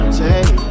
take